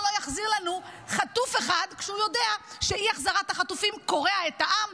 לא יחזיר לנו חטוף אחד כשהוא יודע שאי-החזרת החטופים קורעת את העם,